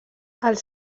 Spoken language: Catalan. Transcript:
els